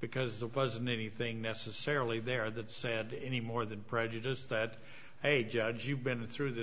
because there wasn't anything necessarily there that said any more than prejudice that a judge you've been through this